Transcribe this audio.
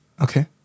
Okay